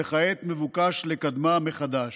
וכעת מבוקש לקדמה מחדש.